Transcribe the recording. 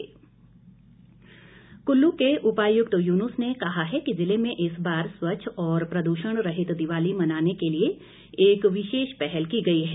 प्रदर्शनी कुल्लू के उपायुक्त यूनुस ने कहा है कि जिले में इस बार स्वच्छ और प्रदूषण रहित दिवाली मनाने के लिए एक विशेष पहल की गई है